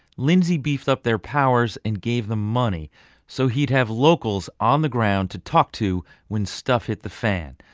lindsay beef up their powers and gave them money so he'd have locals on the ground to talk to when stuff hit the fan.